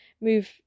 move